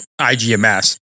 IGMS